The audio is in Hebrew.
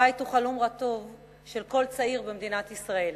בית הוא חלום רטוב של כל צעיר במדינת ישראל.